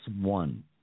One